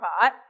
pot